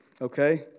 Okay